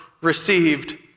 received